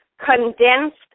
condensed